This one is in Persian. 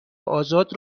آزاد